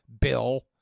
Bill